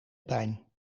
pijn